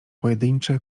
pojedyncze